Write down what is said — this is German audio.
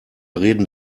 reden